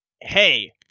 Hey